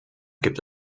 gibt